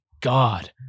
god